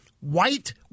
white